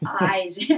eyes